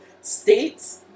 states